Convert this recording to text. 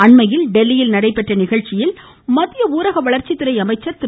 அண்மையில் டெல்லியில் நடைபெற்ற நிகழ்ச்சியில் மத்திய ஊரக வளர்ச்சித்துறை அமைச்சர் திரு